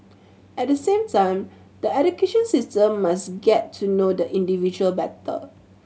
at the same time the education system must get to know the individual better